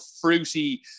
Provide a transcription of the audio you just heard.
fruity